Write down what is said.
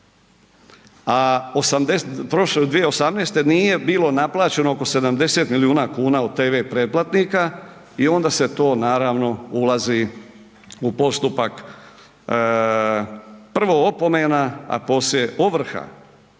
godine, a 2018. nije bilo naplaćeno oko 70 milijuna kuna u TV pretplatnika i onda to ulazi u postupak prvo opomena, a poslije ovrha.